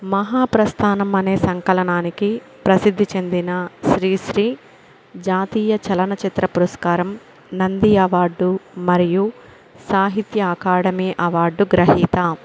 మహాపస్థానం అనే సంకలనానికి ప్రసిద్ధి చెందిన శ్రీశ్రీ జాతీయ చలనచిత్ర పురస్కారం నంది అవార్డు మరియు సాహిత్య అకాడమీ అవార్డు గ్రహీత